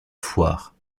foire